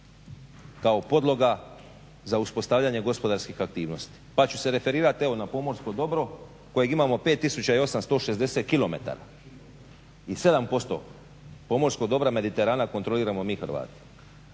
kao podloga za uspostavljanje gospodarskih aktivnosti. Pa ću se referirati evo na pomorsko dobro kojeg imamo 5 tisuća i 860 km i 7% pomorskog dobra Mediterana kontroliramo mi Hrvati.